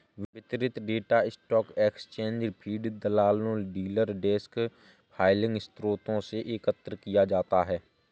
वितरित data stock exchange feed, दलालों, dealer desk filing स्रोतों से एकत्र किया जाता है